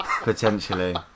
potentially